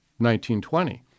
1920